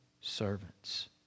servants